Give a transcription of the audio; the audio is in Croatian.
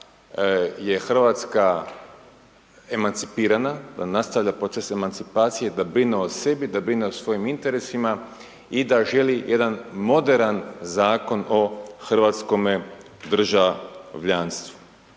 je Hrvatska emancipirana, da nastavlja proces emancipacije, da brine o sebi, da brine o svojim interesima i da želi jedan moderan zakon o hrvatskome državljanstvu.